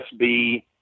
USB